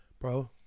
Bro